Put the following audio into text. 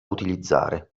utilizzare